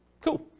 Cool